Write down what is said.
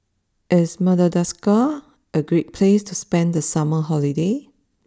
is Madagascar a Great place to spend the summer holiday